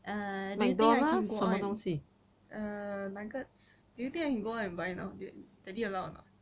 uh do you think I can go out and uh nuggets do you think go out and buy now daddy allow or not